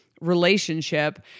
relationship